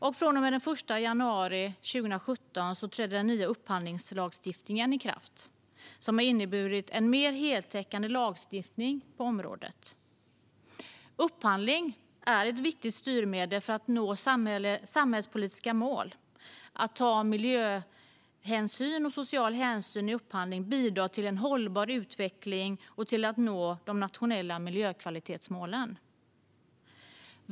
Den 1 januari 2017 trädde den nya upphandlingslagstiftningen i kraft, och den har inneburit en mer heltäckande lagstiftning på området. Upphandling är ett viktigt styrmedel för att nå samhällspolitiska mål. Att ta miljöhänsyn och social hänsyn i upphandling bidrar till en hållbar utveckling och till att nå de nationella miljökvalitetsmålen.